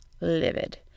livid